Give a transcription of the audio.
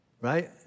right